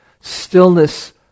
stillness